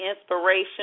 inspiration